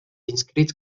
inscrits